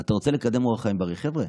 אתה רוצה לקדם אורח חיים בריא, חבר'ה,